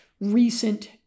recent